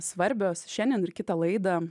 svarbios šiandien ir kitą laidą